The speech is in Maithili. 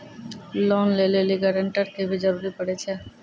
लोन लै लेली गारेंटर के भी जरूरी पड़ै छै?